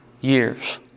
years